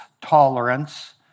tolerance